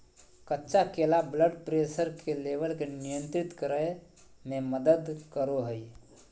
कच्चा केला blood pressure के लेवल के नियंत्रित करय में मदद करो हइ